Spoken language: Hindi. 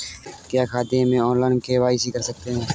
क्या खाते में ऑनलाइन के.वाई.सी कर सकते हैं?